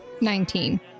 Nineteen